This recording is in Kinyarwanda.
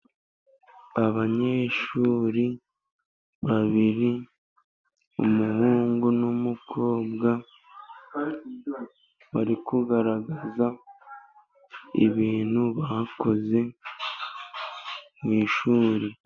Abanyeshuri babiri umuhungu n'umukobwa, bari kugaragaza ibintu bakoze mu ishuri.